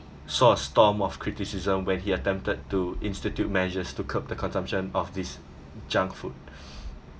saw a storm of criticism when he attempted to institute measures to curb the consumption of this junk food